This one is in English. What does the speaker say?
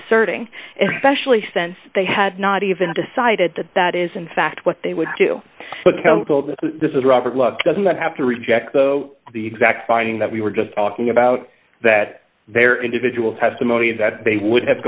asserting it specially since they had not even decided that that is in fact what they would do but this is robert look does not have to reject the exact finding that we were just talking about that their individual testimony that they would have